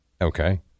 Okay